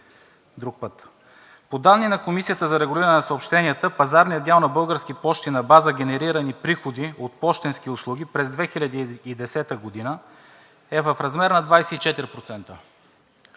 друг път. По данни на Комисията за регулиране на съобщенията пазарният дял на „Български пощи“ на база генерирани приходи от пощенски услуги през 2010 г. е в размер на 24%,